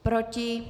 Proti?